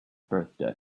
birthday